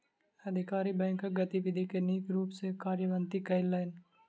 अधिकारी बैंकक गतिविधि के नीक रूप सॅ कार्यान्वित कयलैन